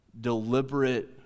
deliberate